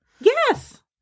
Yes